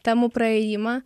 temų praėjimą